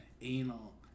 Anal